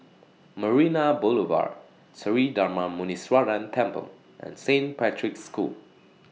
Marina Boulevard Sri Darma Muneeswaran Temple and Saint Patrick's School